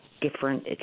different